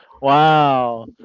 Wow